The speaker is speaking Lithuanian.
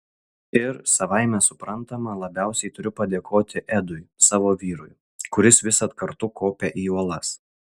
ir savaime suprantama labiausiai turiu padėkoti edui savo vyrui kuris visad kartu kopia į uolas